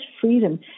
freedom